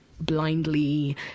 blindly